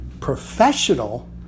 professional